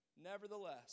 Nevertheless